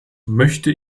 möchte